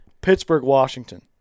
Pittsburgh-Washington